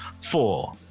four